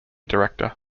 director